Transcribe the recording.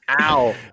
ow